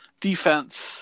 defense